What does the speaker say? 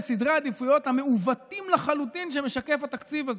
על סדרי העדיפויות המעוותים לחלוטין שמשקף התקציב הזה.